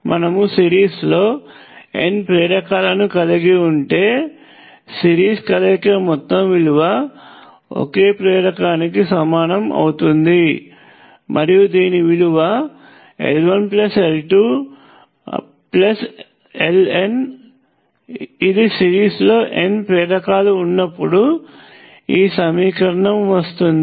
మనము సిరీస్లో N ప్రేరకాలను కలిగి ఉంటే సిరీస్ కలయిక మొత్తం విలువ ఒకే ప్రేరకానికి సమానం అవుతుంది మరియు దీని విలువ L1L2LN ఇది సిరీస్లో N ప్రేరకాలు ఉన్నప్పుడు ఈ సమీకరణం వస్తుంది